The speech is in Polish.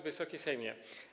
Wysoki Sejmie!